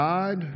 God